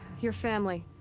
your family.